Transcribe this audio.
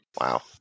Wow